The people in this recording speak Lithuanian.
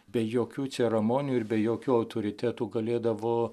be jokių ceremonijų ir be jokių autoritetų galėdavo